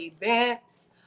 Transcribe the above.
events